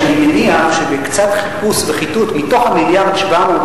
משום שאני מניח שבקצת חיפוש וחיטוט בתוך 1.7 המיליארד